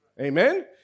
Amen